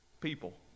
people